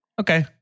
Okay